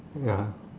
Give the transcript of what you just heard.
ya